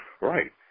Right